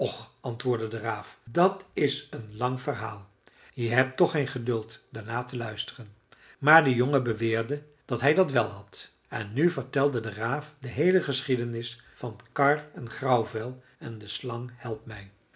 de raaf dat is een lang verhaal je hebt toch geen geduld daarnaar te luisteren maar de jongen beweerde dat hij dat wel had en nu vertelde de raaf de heele geschiedenis van karr en grauwvel en de slang helpmij